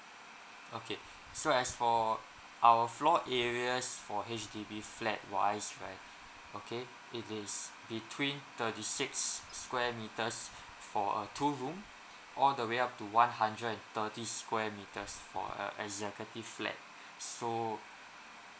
okay so as for our floor areas for H_D_B flat wise right okay it is between thirty six square metres for a two room all the way up to one hundred and thirty square metres for a executive flat so